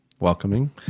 welcoming